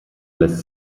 lässt